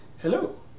Hello